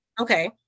Okay